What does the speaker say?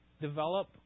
develop